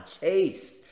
taste